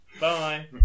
bye